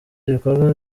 ibikorwa